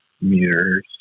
meters